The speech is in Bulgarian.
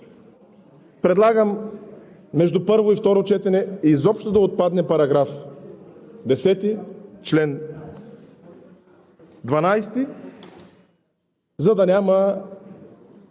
Предлагам между първо и второ четене изобщо да отпадне § 10, чл. 12, за да няма